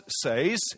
says